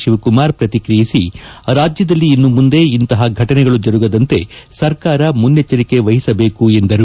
ಶಿವಕುಮಾರ್ ಪ್ರತಿಕಿಯಿಸಿ ರಾಜ್ಯದಲ್ಲಿ ಇನ್ನು ಮುಂದೆ ಇಂತಹ ಫಟನೆಗಳು ಜರುಗದಂತೆ ಸರ್ಕಾರ ಮುನ್ನೆಚ್ದರಿಕೆ ವಹಿಸಬೇಕೆಂದರು